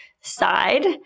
side